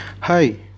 Hi